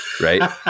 Right